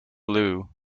loo